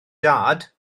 dad